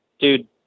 dude